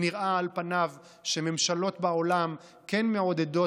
על פניו נראה שממשלות בעולם כן מעודדות,